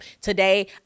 today